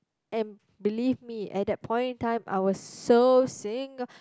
and believe me at that point in time I was so singa~